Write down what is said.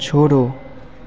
छोड़ो